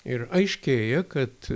ir aiškėja kad